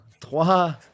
Trois